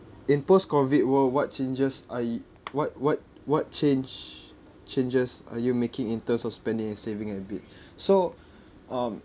in post COVID world what changes I what what what change changes are you making in terms of spending and saving habit so um